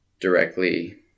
directly